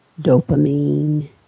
dopamine